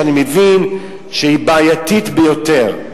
שאני מבין שהיא בעייתית ביותר.